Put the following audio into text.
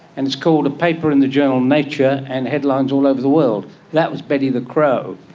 and it's called a paper in the journal nature and headlines all over the world. that was betty the crow.